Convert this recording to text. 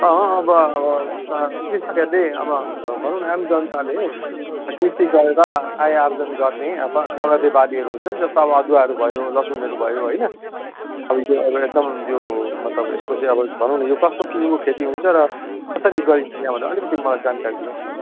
अँ अब त कृषकहरले अब भनुम् न आम जनताले कृषि गरेर आय आर्जन गर्ने अब नगदे बालीहरू हुन्छ नि जस्तो अब अदुवाहरू भयो लसुनहरू भयो होइन अब यो एकदम त्यो मतलब एसको चाहिँ अब भनौँ न यो कस्तो किसिमको खेती हुन्छ र कसरी गरिन्छ यहाँबाट अलिकति मलाई जानकारी दिनुहोस् न